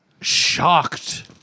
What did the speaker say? shocked